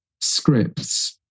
scripts